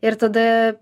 ir tada